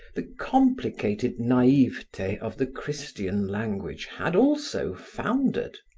the complicated naivete of the christian language had also foundered.